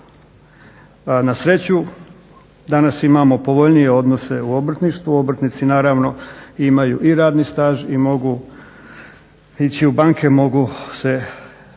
Na sreću danas imamo povoljnije odnose u obrtništvu. Obrtnici naravno imaju i radni staž i mogu ići u banke, mogu se